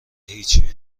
هیچی